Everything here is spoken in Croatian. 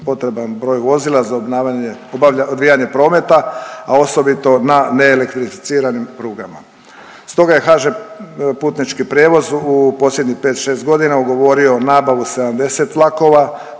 potreban broj vozila za obnavljanje, odvijanje prometa, a osobito na neelektrificiranim prugama. Stoga je HŽ Putnički prijevoz u posljednjih 5, 6 godina ugovorio nabavu 70 vlakova,